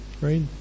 Right